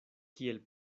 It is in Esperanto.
kiel